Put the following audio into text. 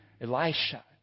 Elisha